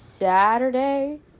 Saturday